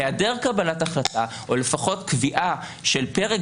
היעדר קבלת החלטה או לפחות קביעה של פרק